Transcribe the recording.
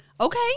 Okay